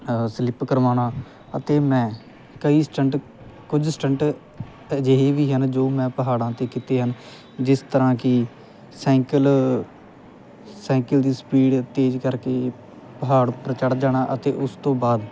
slip ਕਰਵਾਉਣਾ ਅਤੇ ਮੈਂ ਕਈ ਸਟੰਟ ਕੁਝ ਸਟੰਟ ਅਜਿਹੇ ਵੀ ਹਨ ਜੋ ਮੈਂ ਪਹਾੜਾਂ 'ਤੇ ਕੀਤੇ ਹਨ ਜਿਸ ਤਰ੍ਹਾਂ ਕਿ ਸਾਈਕਲ ਸਾਈਕਲ ਦੀ ਸਪੀਡ ਤੇਜ਼ ਕਰਕੇ ਪਹਾੜ ਉੱਪਰ ਚੜ੍ਹ ਜਾਣਾ ਅਤੇ ਉਸ ਤੋਂ ਬਾਅਦ